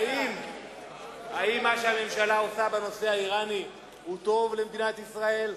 האם מה שהממשלה עושה בנושא האירני טוב למדינת ישראל,